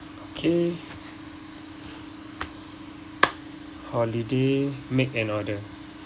okay holiday make an order